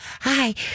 hi